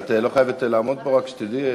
את לא חייבת לעמוד פה, רק שתדעי.